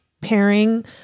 pairing